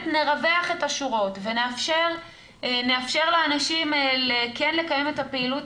נרווח את השורות ונאפשר לאנשים כן לקיים את הפעילות